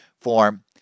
form